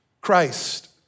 Christ